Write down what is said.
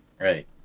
Right